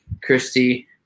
Christy